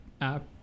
app